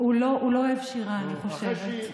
הוא לא אוהב שירה, אני חושבת.